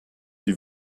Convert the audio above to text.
die